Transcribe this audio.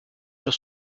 sur